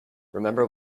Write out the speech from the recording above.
remember